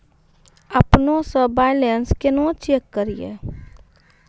अपनों से बैलेंस केना चेक करियै?